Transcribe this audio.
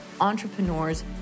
entrepreneurs